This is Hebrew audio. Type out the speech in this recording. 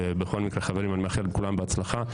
בכל מקרה, חברים, אני מאחל לכולם בהצלחה.